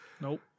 Nope